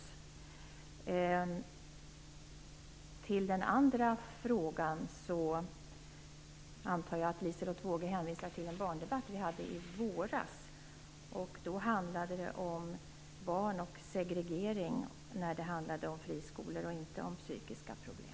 När det gäller den andra frågan antar jag att Liselotte Wågö hänvisar till en barndebatt som vi hade i våras. Då handlade det om barn och segregering i fråga om friskolor och inte om psykiska problem.